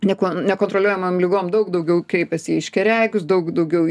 neko nekontroliuojamom ligom daug daugiau kreipiasi į aiškiaregius daug daugiau